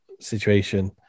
situation